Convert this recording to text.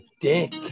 dick